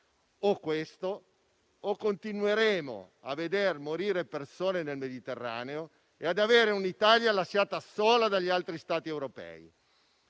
o questo, o continueremo a veder morire persone nel Mediterraneo e ad avere un'Italia lasciata sola dagli altri Stati europei.